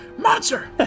Monster